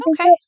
Okay